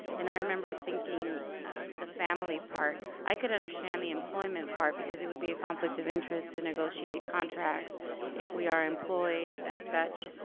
and i remember thinking the family part. i could understand the employment part, because it would be a conflict of interest to negotiate contracts if we are employed as such.